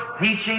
teaching